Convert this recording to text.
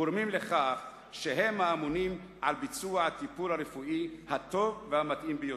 גורמים לכך שהם האמונים על ביצוע הטיפול הרפואי הטוב והמתאים ביותר.